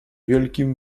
wielkim